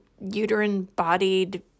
uterine-bodied